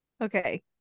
Okay